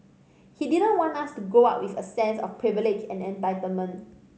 he didn't want us to grow up with a sense of privilege and entitlement